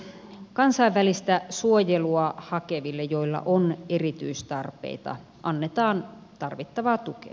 kansainvälistä suojelua hakeville joilla on erityistarpeita annetaan tarvittavaa tukea